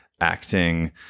acting